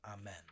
Amen